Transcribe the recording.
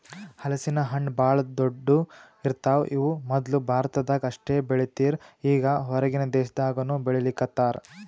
ಹಲಸಿನ ಹಣ್ಣ್ ಭಾಳ್ ದೊಡ್ಡು ಇರ್ತವ್ ಇವ್ ಮೊದ್ಲ ಭಾರತದಾಗ್ ಅಷ್ಟೇ ಬೆಳೀತಿರ್ ಈಗ್ ಹೊರಗಿನ್ ದೇಶದಾಗನೂ ಬೆಳೀಲಿಕತ್ತಾರ್